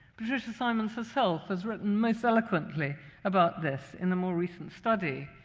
patricia simons herself has written most eloquently about this in a more recent study,